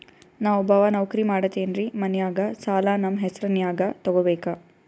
ನಾ ಒಬ್ಬವ ನೌಕ್ರಿ ಮಾಡತೆನ್ರಿ ಮನ್ಯಗ ಸಾಲಾ ನಮ್ ಹೆಸ್ರನ್ಯಾಗ ತೊಗೊಬೇಕ?